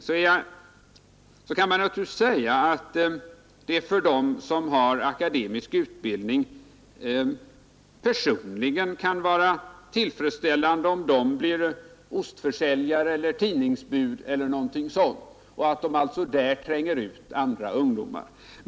Man kan naturligtvis säga att det för dem som har akademisk utbildning personligen kan vara tillfredsställande att bli ostförsäljare eller tidningsbud och där alltså tränga ut andra ungdomar.